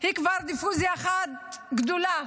היא כבר דיפוזיה אחת גדולה,